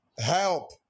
Help